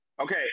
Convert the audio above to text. Okay